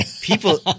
people